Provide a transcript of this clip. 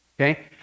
okay